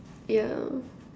yeah